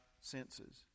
senses